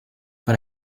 but